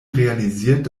realisiert